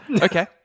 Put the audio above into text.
Okay